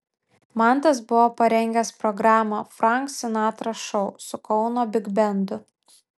mantas buvo parengęs programą frank sinatra šou su kauno bigbendu